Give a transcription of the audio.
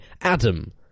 Adam